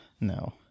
no